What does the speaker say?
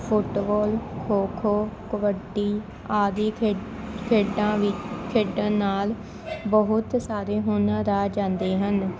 football kho kho kabaddi ਆਦਿ ਖੇਡ ਖੇਡਾਂ ਵੀ ਖੇਡਣ ਨਾਲ ਬਹੁਤ ਸਾਰੇ ਹੁਨਰ ਆ ਜਾਂਦੇ ਹਨ